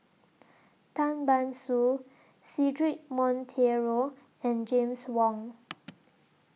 Tan Ban Soon Cedric Monteiro and James Wong